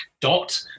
dot